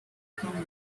from